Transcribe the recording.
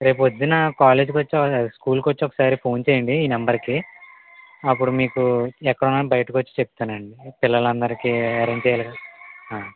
రేపు పొద్దున్న కాలేజీకి వచ్చే లేదా స్కూల్కి వచ్చి ఒకసారి ఫోన్ చేయండి ఈ నెంబర్కి అప్పుడు మీకు ఎక్కడ ఉన్నానో బయటికి వచ్చి చెప్తాను అండి పిల్లలందరికీ అరేంజ్ చెయ్యాలి కదా